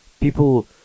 People